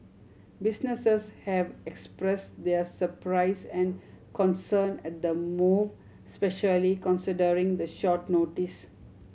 businesses have expressed their surprise and concern at the move specially considering the short notice